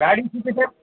ଗାଡ଼ି ସୁବିଧା